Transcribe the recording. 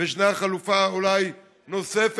ואולי ישנה חלופה נוספת,